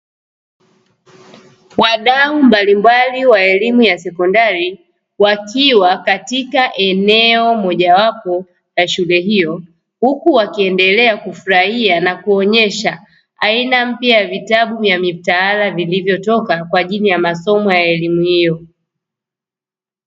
Wadau mbalimbali wa elimu ya sekondari, wakiwa katika eneo mojawapo la shule hiyo huku wakiendelea kufurahia na kuonyesha aina mpya ya vitabu vya mitaala vilivyotoka kwa ajili ya masomo ya elimu hiyo.